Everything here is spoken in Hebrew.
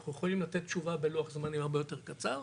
אנחנו יכולים לתת תשובה ולוח זמנים הרבה יותר קצר.